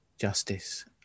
justice